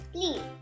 Please